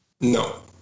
No